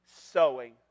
sowing